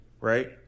Right